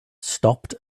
stopped